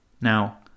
Now